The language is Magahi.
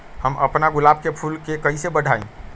हम अपना गुलाब के फूल के कईसे बढ़ाई?